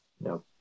No